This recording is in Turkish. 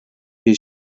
bir